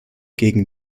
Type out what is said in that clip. gegen